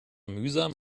mühsam